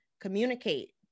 communicate